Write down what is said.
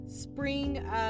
spring